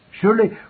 Surely